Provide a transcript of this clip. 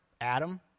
Adam